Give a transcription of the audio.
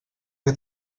que